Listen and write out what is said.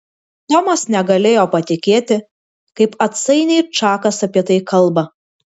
tomas negalėjo patikėti kaip atsainiai čakas apie tai kalba